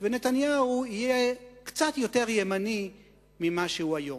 ונתניהו יהיה קצת יותר ימני ממה שהוא היום.